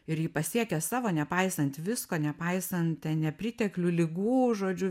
ir ji pasiekė savo nepaisant visko nepaisant nepriteklių ligų žodžiu